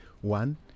One